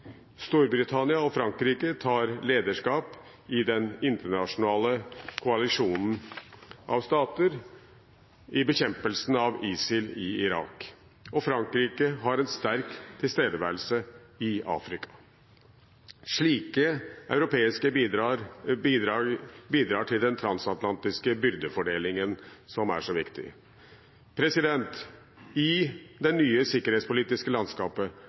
Storbritannia og Frankrike tar lederskap i den internasjonale koalisjonen av stater i bekjempelsen av ISIL i Irak, og Frankrike har en sterk tilstedeværelse i Afrika. Slike europeiske bidrag bidrar til den transatlantiske byrdefordelingen som er så viktig. I det nye sikkerhetspolitiske landskapet